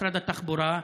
משרד התחבורה,